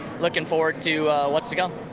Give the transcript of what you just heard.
looking forward to what's to come.